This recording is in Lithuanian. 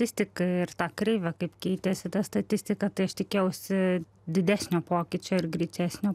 vis tik ir ta kreivė kaip keitėsi ta statistika tai aš tikėjausi didesnio pokyčio ir greitesnio